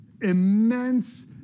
immense